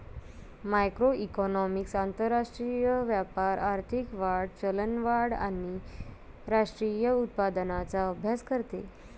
macroeconomics आंतरराष्ट्रीय व्यापार, आर्थिक वाढ, चलनवाढ आणि राष्ट्रीय उत्पन्नाचा अभ्यास करते